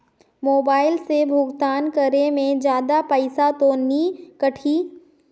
Mobile से भुगतान करे मे जादा पईसा तो नि कटही?